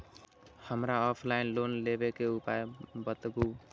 हमरा offline loan लेबे के उपाय बतबु?